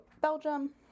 Belgium